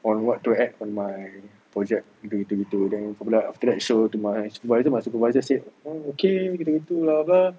on what to add on my project gitu gitu gitu then from there after that show to my supervisor my supervisor said oh okay gitu-gitu blah blah blah